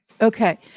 Okay